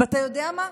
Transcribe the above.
ואתה יודע מה?